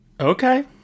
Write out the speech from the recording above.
Okay